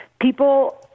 people